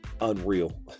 unreal